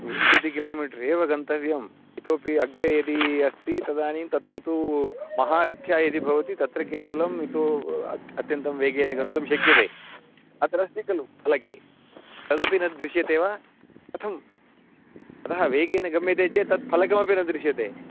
विंशतिः किलोमीटर् एव गन्तव्यम् इतोपि अग्रे यदि अस्ति तदानीं तत्र तु महारथ्या यदि भवति तत्र केवलम् इतो अत् अत्यन्तं वेगेन गन्तुं शक्यते अत्र अस्ति खलु फलके तदपि न दृश्यते वा कथं अतः वेगेन गम्यते चेत् तद् फलकमपि न दृश्यते